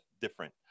different